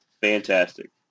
fantastic